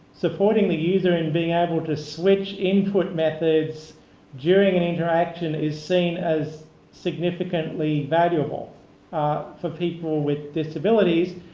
supporting the user and being able to switch input methods during an interaction is seen as significantly valuable for people with disabilities,